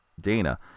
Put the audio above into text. Dana